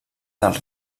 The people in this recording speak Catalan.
dels